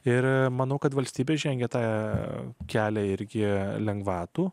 ir manau kad valstybė žengia tą kelią irgi lengvatų